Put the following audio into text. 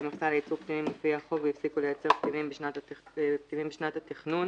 מכסה לייצור פטמים לפי החוק והפסיקו לייצר פטמים לפני שנת התכנון,